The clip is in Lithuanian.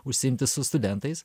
užsiimti su studentais